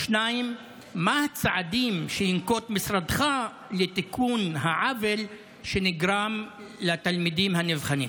2. מה הצעדים שינקוט משרדך לתיקון העוול שנגרם לתלמידים הנבחנים?